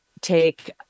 take